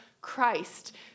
Christ